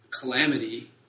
calamity